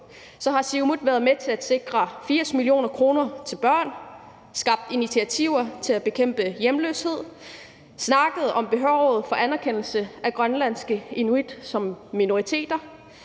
, har Siumut været med til at sikre 80 mio. kr. til børn, skabt initiativer til at bekæmpe hjemløshed og snakket om behovet for anerkendelse af grønlandske inuit som minoriteter.